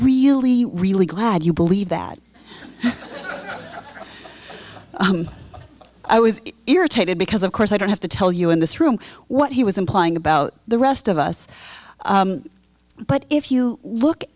really really glad you believe that i was irritated because of course i don't have to tell you in this room what he was implying about the rest of us but if you look